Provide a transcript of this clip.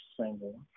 single